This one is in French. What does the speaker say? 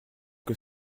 que